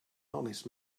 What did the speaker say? honest